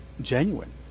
genuine